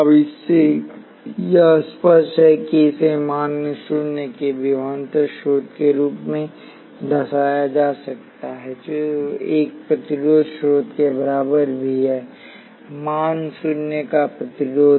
अब इससे यह स्पष्ट है कि इसे मान शून्य के विभवांतर स्रोत के रूप में दर्शाया जा सकता है जो एक प्रतिरोध स्रोत के बराबर भी है मान शून्य का प्रतिरोध